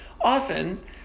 Often